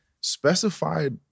Specified